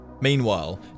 Meanwhile